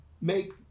make